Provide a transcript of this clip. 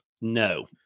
No